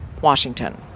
Washington